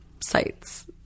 sites